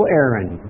Aaron